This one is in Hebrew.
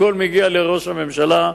הכול מגיע לראש הממשלה,